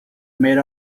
made